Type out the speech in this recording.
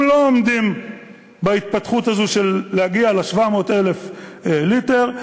הם לא עומדים בהתפתחות הזאת של להגיע ל-700,000 ליטר.